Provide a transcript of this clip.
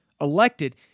elected